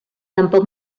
tampoc